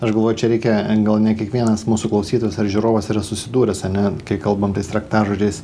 aš galvoju čia reikia gal ne kiekvienas mūsų klausytojas ar žiūrovas yra susidūręs ane kai kalbam tais raktažodžiais